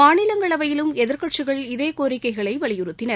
மாநிலங்களவையிலும் எதிர்க்கட்சிகள் இதேகோரிக்கைகளை வலியுறுத்தின